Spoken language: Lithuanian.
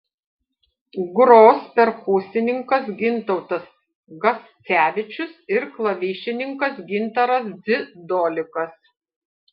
gros perkusininkas gintautas gascevičius ir klavišininkas gintaras dzidolikas